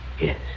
Yes